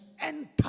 enter